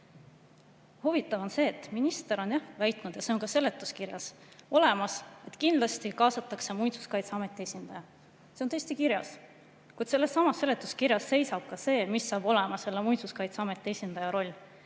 Huvitav on see, et minister on jah väitnud, ja see on ka seletuskirjas olemas, et kindlasti kaasatakse Muinsuskaitseameti esindaja. See on tõesti kirjas. Sellessamas seletuskirjas seisab ka see, mis saab olema selle Muinsuskaitseameti esindaja roll.